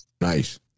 Nice